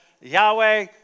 Yahweh